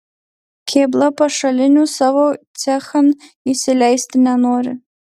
kėbla pašalinių savo cechan įsileisti nenori